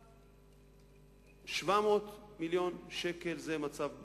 700 מיליון שקל זה מצב בסיס.